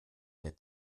der